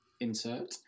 insert